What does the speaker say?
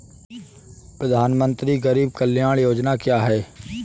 प्रधानमंत्री गरीब कल्याण योजना क्या है?